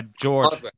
George